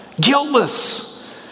guiltless